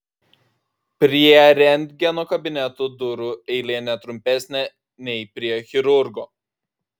prie rentgeno kabineto durų eilė ne trumpesnė nei prie chirurgo